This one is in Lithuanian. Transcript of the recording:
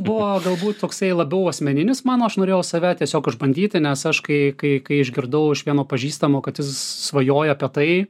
buvo galbūt toksai labiau asmeninis mano aš norėjau save tiesiog išbandyti nes aš kai kai kai išgirdau iš vieno pažįstamo kad jis svajoja apie tai